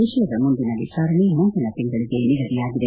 ವಿಷಯದ ಮುಂದಿನ ವಿಚಾರಣೆ ಮುಂದಿನ ತಿಂಗಳಿಗೆ ನಿಗದಿಯಾಗಿದೆ